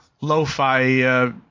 Lo-Fi